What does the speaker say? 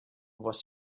was